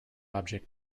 object